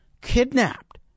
kidnapped